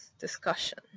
discussion